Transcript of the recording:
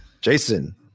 jason